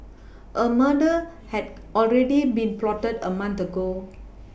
a murder had already been plotted a month ago